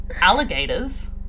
Alligators